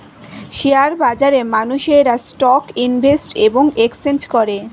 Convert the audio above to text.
share বাজারে মানুষেরা stock invest এবং এক্সচেঞ্জ করে